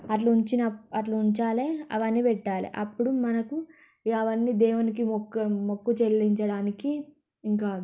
అట్లా ఉంచిన అట్లా ఉంచాలి అవన్నీ పెట్టాలి అప్పుడు మనకు ఇక అవన్నీ దేవునికి మొక్క మొక్కు చెల్లించడానికీ ఇంకా